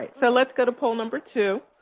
so let's go to poll number two.